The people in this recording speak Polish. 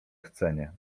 chcenie